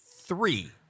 three